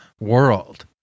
world